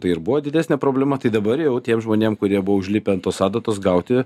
tai ir buvo didesnė problema tai dabar jau tiem žmonėm kurie buvo užlipę ant tos adatos gauti